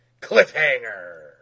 Cliffhanger